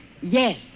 Yes